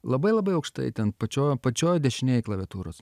labai labai aukštai ten pačioj apačioj dešinėj klaviatūros